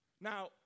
Now